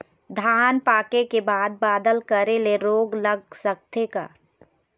धान पाके के बाद बादल करे ले रोग लग सकथे का?